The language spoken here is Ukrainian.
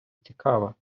цікава